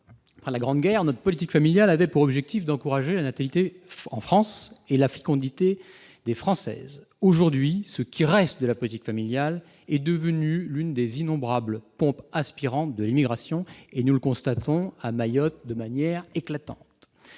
après la Grande Guerre, notre politique familiale avait pour objectif d'encourager la natalité en France et la fécondité des Françaises. Aujourd'hui, ce qui reste de la politique familiale est devenu l'une des innombrables pompes aspirantes de l'immigration. Nous le constatons à Mayotte de manière éclatante.